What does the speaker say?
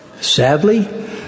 Sadly